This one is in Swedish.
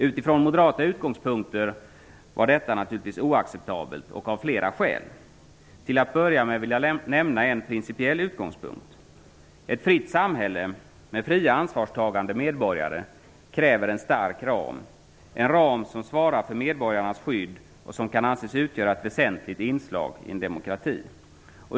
Utifrån moderata utgångspunkter var detta naturligtvis oacceptabelt av flera skäl. Till att börja med vill jag nämna en principiell utgångspunkt. Ett fritt samhälle, med fria ansvarstagande medborgare kräver en stark ram, en ram som svarar för medborgarnas skydd och som kan anses utgöra ett väsentligt inslag i en demokrati.